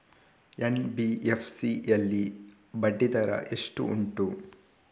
NBFC ಯಲ್ಲಿ ಬಡ್ಡಿ ದರ ಎಷ್ಟು ಉಂಟು?